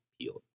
peeled